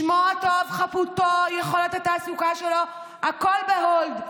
שמו הטוב, חפותו, יכולת התעסוקה שלו, הכול ב-hold.